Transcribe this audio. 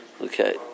Okay